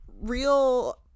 Real